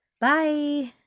bye